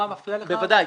ששאלנו בישיבה הקודמת.